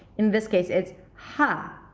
in this case it's ha,